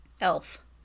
Elf